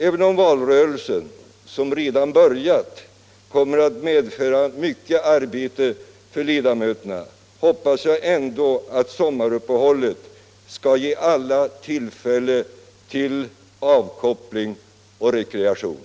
Även om valrörelsen, som redan börjat, kommer att medföra mycket arbete för ledamöterna hoppas jag ändock att sommaruppehållet skall ge alla tillfälle till avkoppling och rekreation.